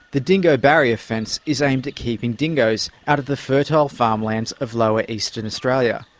the dingo barrier fence is aimed at keeping dingos out of the fertile farmlands of lower eastern australia.